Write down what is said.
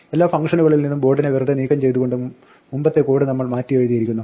എല്ലാ ഫംഗ്ഷനുകളിൽ നിന്നും ബോർഡിനെ വെറുതെ നീക്കം ചെയ്തുകൊണ്ട് മുമ്പത്തെ കോഡ് നമ്മൾ മാറ്റി എഴുതിയിരിക്കുന്നു